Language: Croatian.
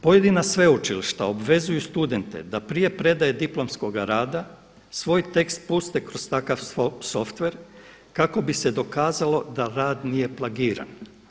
Pojedina sveučilišta obvezuju studente da prije predaje diplomskoga rada svoj tekst puste kroz takav softver kako bi se dokazalo da rad nije plagiran.